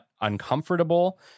uncomfortable